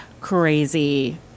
crazy